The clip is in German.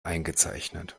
eingezeichnet